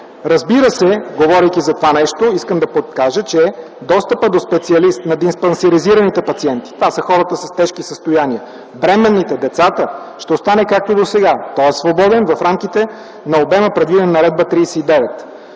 Разбира се, говорейки за това нещо, искам да подскажа, че достъпът до специалист на диспансеризираните пациенти – това са хората с тежки състояния, бременните, децата, ще остане, както досега. Той е свободен в рамките на обема, предвиден в Наредба № 39.